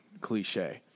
cliche